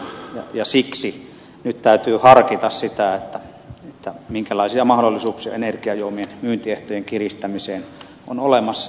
siksi nyt täytyy harkita sitä minkälaisia mahdollisuuksia energiajuomien myyntiehtojen kiristämiseen on olemassa